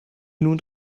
nun